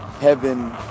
heaven